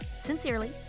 sincerely